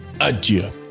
adieu